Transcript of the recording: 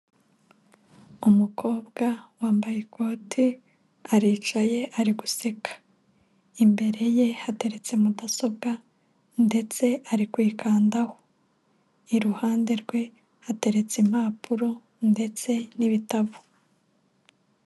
Umukobwa wambaye ikote aricaye ari guseka, imbere ye hateretse mudasobwa ndetse ari kuyikandaho iruhande rwe hateretse impapuro ndetse n'ibitabo.